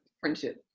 friendship